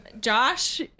josh